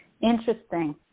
Interesting